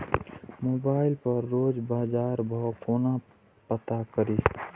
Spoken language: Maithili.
मोबाइल पर रोज बजार भाव कोना पता करि?